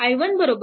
i1 0